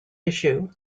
issue